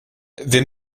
wir